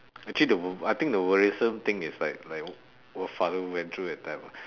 actually the wo~ I think the worrisome thing is like like what father went through that time ah